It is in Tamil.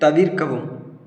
தவிர்க்கவும்